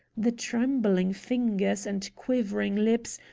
the trembling fingers and quivering lips,